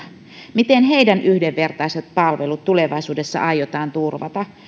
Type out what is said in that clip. miten heidän yhdenvertaiset palvelunsa tulevaisuudessa aiotaan turvata